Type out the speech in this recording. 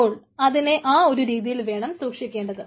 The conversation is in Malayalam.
അപ്പോൾ അതിനെ ആ ഒരു രീതിയിൽ വേണം സൂക്ഷിക്കേണ്ടത്